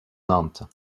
nantes